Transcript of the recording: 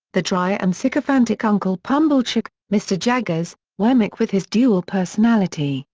the dry and sycophantic uncle pumblechook, mr. jaggers, wemmick with his dual personality,